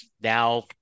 now